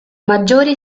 maggiore